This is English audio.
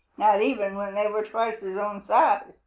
not even when they were twice his own size.